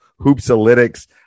Hoopsalytics